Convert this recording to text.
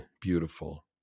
beautiful